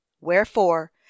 Wherefore